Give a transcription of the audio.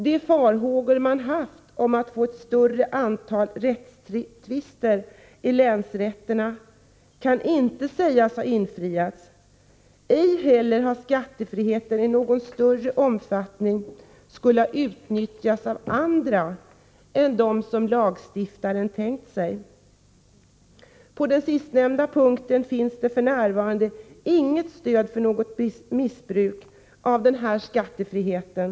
De farhågor man hyst för att det skulle bli ett stort antal rättstvister i länsrätterna kan inte sägas ha blivit besannade. Ej heller har det blivit så att skattefriheten i större omfattning utnyttjats av andra än av dem som lagstiftarna tänkt sig. På den sistnämnda punkten ges det f. n. inget stöd för missbruk av den här skattefriheten.